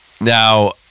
Now